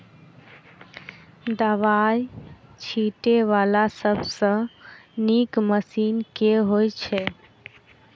दवाई छीटै वला सबसँ नीक मशीन केँ होइ छै?